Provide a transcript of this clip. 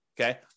okay